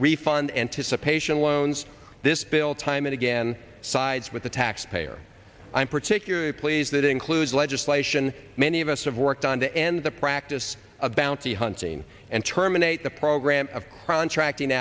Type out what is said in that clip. refund anticipation loans this bill time and again sides with the taxpayer i'm particularly pleased that includes legislation many of us have worked on to end the practice of bounty hunting and terminate the program of contracting